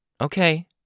Okay